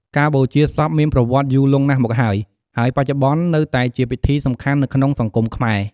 ការបូជាសពមានប្រវត្តិយូរលង់ណាស់មកហើយ ហើយបច្ចុប្បន្ននៅតែជាពិធីសំខាន់នៅក្នុងសង្គមខ្មែរ។